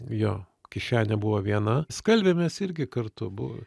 jo kišenė buvo viena skalbėmės irgi kartu bu